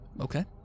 Okay